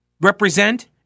represent